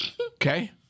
Okay